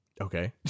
Okay